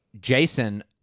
Jason